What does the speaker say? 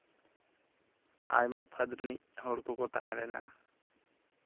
ᱟᱭᱢᱟ ᱯᱷᱟᱹᱫᱽ ᱨᱤᱱᱤᱡ ᱦᱚᱲ ᱠᱚᱠᱚ ᱛᱟᱦᱮᱸ ᱞᱮᱱᱟ